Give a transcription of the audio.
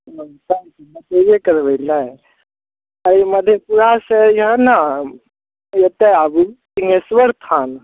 करबय ने अइ मधेपुरासँ यहाँ ने एतय आबू सिंगेश्वर थान